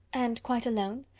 and quite alone?